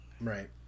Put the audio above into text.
Right